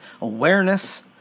awareness